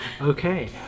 Okay